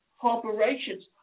corporations